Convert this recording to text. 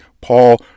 Paul